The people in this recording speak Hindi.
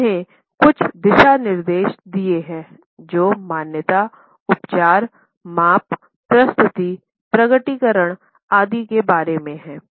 और उन्होंने कुछ दिशा निर्देश दिए हैं जो मान्यता उपचारमाप प्रस्तुति प्रकटीकरण आदि के बारे में हैं